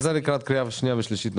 נוכל לטפל בזה לקראת קריאה שנייה ושלישית.